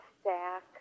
stack